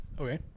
Okay